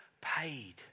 paid